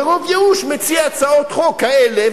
מרוב ייאוש מציע הצעות חוק כאלה,